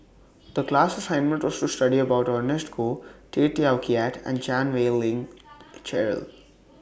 The class assignment was to study about Ernest Goh Tay Teow Kiat and Chan Wei Ling Cheryl